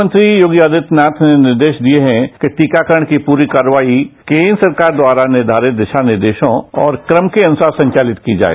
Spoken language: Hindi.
मृष्यमंत्री योगी आरित्यनाथ ने निर्देश दिये हैं कि टीकाकरण की पूरी कार्रवाई केंद्र सरकार द्वारा निर्वारित देश दिशा निर्देशों और क्रम के अनुसार संचालित की जाए